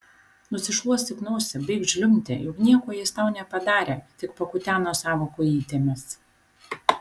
nusišluostyk nosį baik žliumbti juk nieko jis tau nepadarė tik pakuteno savo kojytėmis